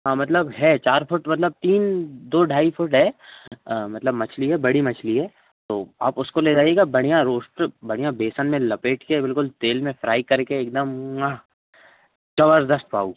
हाँ मतलब है चार फुट मतलब तीन दो ढाई फुट है मतलब मछली है बड़ी मछली है तो आप उसको ले जाइएगा बढ़िया रोस्ट बढ़िया बेसन में लपेट कर बिल्कुल तेल में फ्राई करके एक दम ज़बरदस्त भाऊ